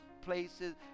places